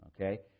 Okay